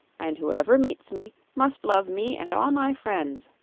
and whoever meets me must love me and all my friends.